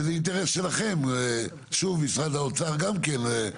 שזה אינטרס שלכם, שוב, משרד האוצר גם כן.